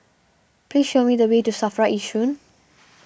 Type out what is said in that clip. please show me the way to Safra Yishun